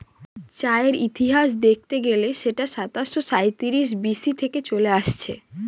চায়ের ইতিহাস দেখতে গেলে সেটা সাতাশো সাঁইত্রিশ বি.সি থেকে চলে আসছে